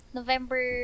November